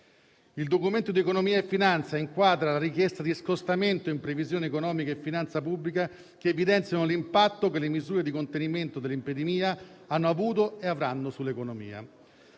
Il Documento di economia e finanza inquadra la richiesta di scostamento in previsione economica e di finanza pubblica ed evidenzia l'impatto che le misure di contenimento dell'epidemia hanno avuto e avranno sull'economia.